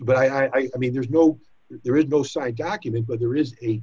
but i mean there's no there is no side document but there is a